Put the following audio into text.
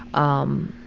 um,